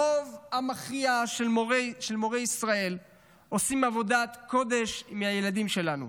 הרוב המכריע של מורי ישראל עושים עבודת קודש עם הילדים שלנו,